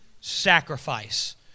sacrifice